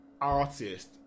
artist